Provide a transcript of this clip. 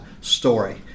story